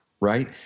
Right